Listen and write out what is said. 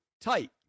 tight